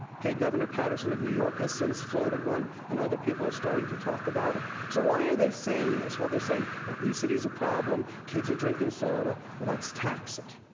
governor patterson of new york has since floated one. and other people are starting to talk about it. so, why are they saying this? well, they're saying obesity's a problem, kids are drinking soda, let's tax it.